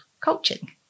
coaching